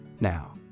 now